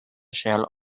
shell